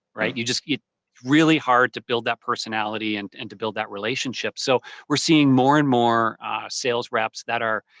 right? it's just really hard to build that personality and and to build that relationship. so we're seeing more and more sales reps that are.